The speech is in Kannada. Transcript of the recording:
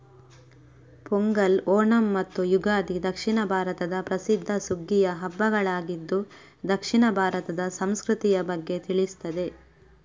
ಪೊಂಗಲ್, ಓಣಂ ಮತ್ತು ಯುಗಾದಿ ದಕ್ಷಿಣ ಭಾರತದ ಪ್ರಸಿದ್ಧ ಸುಗ್ಗಿಯ ಹಬ್ಬಗಳಾಗಿದ್ದು ದಕ್ಷಿಣ ಭಾರತದ ಸಂಸ್ಕೃತಿಯ ಬಗ್ಗೆ ತಿಳಿಸ್ತದೆ